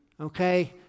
Okay